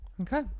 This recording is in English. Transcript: Okay